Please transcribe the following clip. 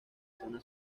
zona